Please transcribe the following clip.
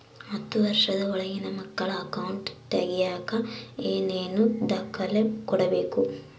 ಹತ್ತುವಷ೯ದ ಒಳಗಿನ ಮಕ್ಕಳ ಅಕೌಂಟ್ ತಗಿಯಾಕ ಏನೇನು ದಾಖಲೆ ಕೊಡಬೇಕು?